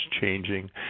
changing